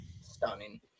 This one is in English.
stunning